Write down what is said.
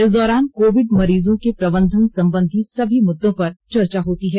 इस दौरान कोविड मरीजों के प्रबंधन संबंधी सभी मुद्दों पर चर्चा होती है